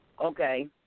Okay